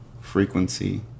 frequency